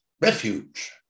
refuge